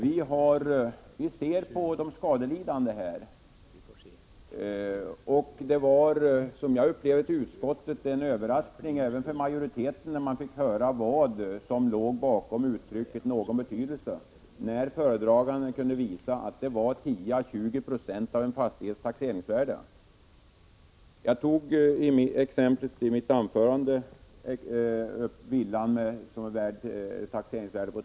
Vi slår vakt om de skadelidande. Som jag upplevde det i utskottet var det en överraskning även för majoriteten när vi fick höra vad som låg bakom uttrycket ”av någon betydelse”. Föredraganden kunde visa att det var 10—20 96 av en fastighets taxeringsvärde. I mitt anförande tog jag exemplet med villan som är taxerad till 300 000 kr.